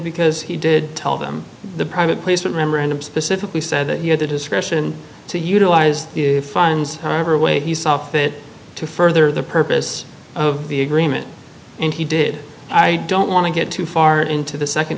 because he did tell them the private placement memorandum specifically said that he had the discretion to utilize the funds however way he saw fit to further the purpose of the agreement and he did i don't want to get too far into the